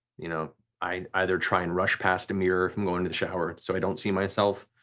you know i either try and rush past a mirror if i'm going to the shower so i don't see myself,